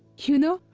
you know.